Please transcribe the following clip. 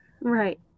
Right